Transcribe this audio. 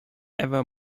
ever